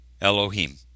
Elohim